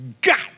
got